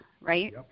Right